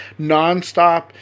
nonstop